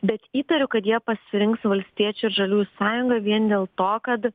bet įtariu kad jie pasirinks valstiečių ir žaliųjų sąjungą vien dėl to kad